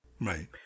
Right